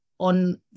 On